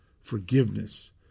Forgiveness